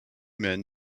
men